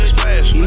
Splash